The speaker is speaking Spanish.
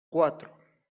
cuatro